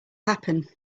happen